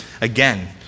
again